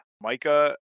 Micah